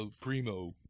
Primo